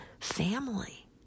family